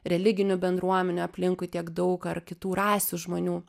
religinių bendruomenių aplinkui tiek daug ar kitų rasių žmonių